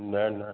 न न